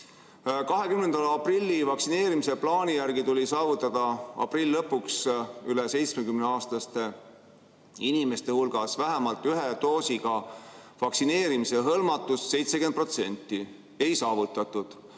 20. aprilli vaktsineerimisplaani järgi tuli saavutada aprilli lõpuks üle 70-aastaste inimeste hulgas vähemalt ühe doosiga vaktsineerimise hõlmatus 70%. Ei saavutatud.